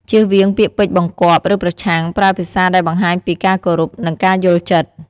ជៀសវាងពាក្យពេចន៍បង្គាប់ ឬប្រឆាំង ប្រើភាសាដែលបង្ហាញពីការគោរព និងការយល់ចិត្ត។